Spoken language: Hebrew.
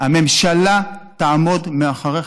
הממשלה תעמוד מאחוריך,